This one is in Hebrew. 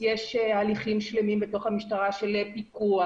יש הליכים שלמים בתוך המשטרה של פיקוח